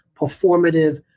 performative